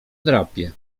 drapie